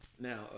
now